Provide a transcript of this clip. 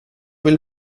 vill